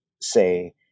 say